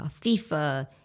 FIFA